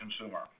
consumer